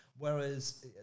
Whereas